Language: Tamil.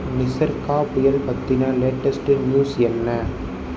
நிசர்கா புயல் பற்றின லேட்டஸ்ட் நியூஸ் என்ன